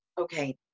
okay